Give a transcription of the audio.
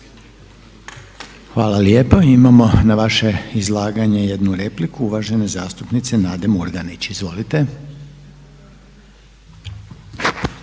Hvala lijepa. Imamo na vaše izlaganje jednu repliku, uvažene zastupnice Nade Murganić. Izvolite.